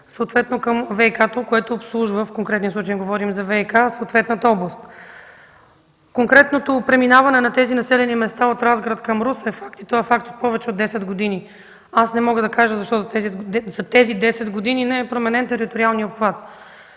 съответно към ВиК-то, в конкретния случай говорим за ВиК – в съответната област. Конкретното преминаване на тези населени места от Разград към Русе е факт и той е повече от 10 години. Аз не мога да кажа защо за тези 10 години не е променен териториалният обхват,